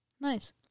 Nice